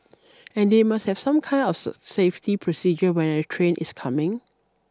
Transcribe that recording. and they must have some kind of safety procedure when a train is coming